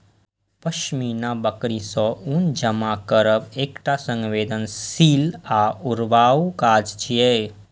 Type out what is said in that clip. पश्मीना बकरी सं ऊन जमा करब एकटा संवेदनशील आ ऊबाऊ काज छियै